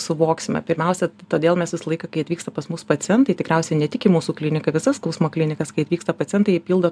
suvoksime pirmiausia todėl mes visą laiką kai atvyksta pas mus pacientai tikriausiai ne tik į mūsų kliniką visas skausmo klinikas kai atvyksta pacientai jie pildo